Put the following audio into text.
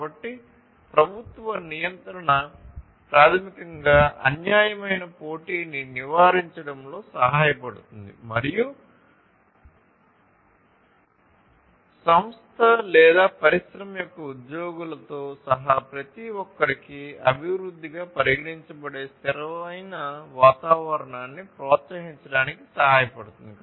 కాబట్టి ప్రభుత్వ నియంత్రణ ప్రాథమికంగా అన్యాయమైన పోటీని నివారించడంలో సహాయపడుతుంది మరియు సంస్థ లేదా పరిశ్రమ యొక్క ఉద్యోగులతో సహా ప్రతి ఒక్కరికీ అభివృద్ధిగా పరిగణించబడే స్థిరమైన వాతావరణాన్ని ప్రోత్సహించడానికి సహాయపడుతుంది